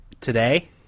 today